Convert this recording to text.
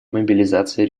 мобилизация